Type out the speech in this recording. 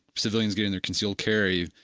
civilians getting their concealed carrier,